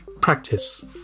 practice